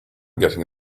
getting